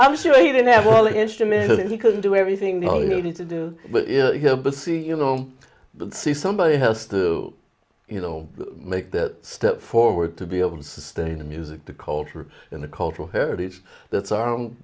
i'm sure he didn't have all the instrumental he couldn't do everything all you need to do here but see you know the see somebody has to you know make that step forward to be able to sustain the music the culture and the cultural heritage that's our